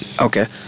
okay